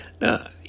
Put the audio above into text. Now